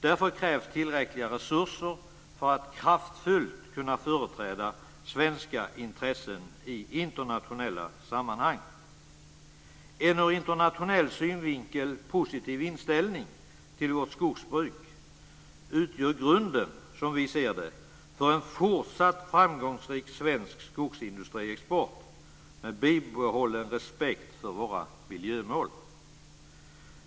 Därför krävs det tillräckliga resurser för att kraftfullt kunna företräda svenska intressen i internationella sammanhang. En ur internationell synvinkel positiv inställning till vårt skogsbruk utgör grunden, som vi ser det, för en fortsatt framgångsrik svensk skogsindustriexport med bibehållen respekt för våra miljömål.